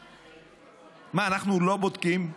מה, אנחנו לא בודקים?